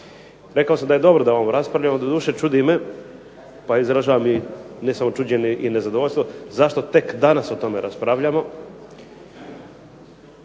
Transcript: Rekao je da je dobro da o ovom raspravljamo, doduše čudi me, pa izražavam i ne samo čuđenje i nezadovoljstvo zašto tek danas o tome raspravljamo,